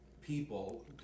people